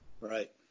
Right